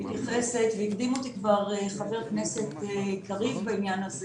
מתייחסת והקדים אותי כבר חבר הכנסת קריב בעניין הזה